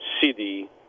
city